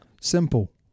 Simple